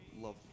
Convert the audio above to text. love